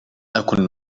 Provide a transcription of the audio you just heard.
أكن